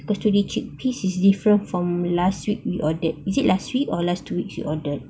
yesterday's chickpeas is different from last week we ordered is it last week or last two weeks we ordered